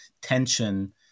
tension